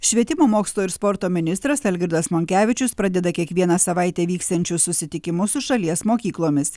švietimo mokslo ir sporto ministras algirdas monkevičius pradeda kiekvieną savaitę vyksiančius susitikimus su šalies mokyklomis